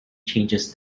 changes